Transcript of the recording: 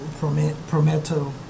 Prometo